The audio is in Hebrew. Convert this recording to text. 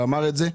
שאמר את זה,